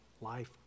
life